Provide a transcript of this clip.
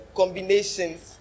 combinations